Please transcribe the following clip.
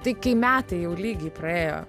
tai kai metai jau lygiai praėjo